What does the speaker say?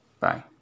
Bye